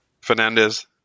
Fernandez